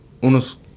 unos